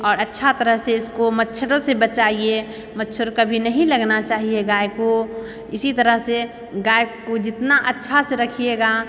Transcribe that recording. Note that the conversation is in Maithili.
आओर अच्छा तरह से इसको मच्छरों से बचाइए मच्छर कभी नहीं लगना चाहिए गाय को इसी तरह से गाय को जितना अच्छा से रखिएगा